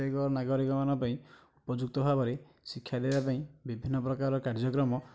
ପ୍ରତ୍ୟେକ ନାଗରିକ ମାନଙ୍କ ପାଇଁ ଉପଯୁକ୍ତ ଭାବରେ ଶିକ୍ଷା ଦେବା ପାଇଁ ବିଭିନ୍ନ ପ୍ରକାରର କାର୍ଯ୍ୟକ୍ରମ